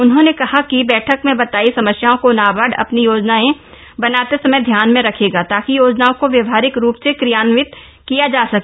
उन्होंने कहा कि बैठक में बताई समस्याओं को नाबार्ड अपनी योजनाएं बनाते समय ध्यान में रखेगा ताकि योजनाओं को व्यावहारिक रूप से क्रियान्वित किया जा सके